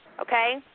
Okay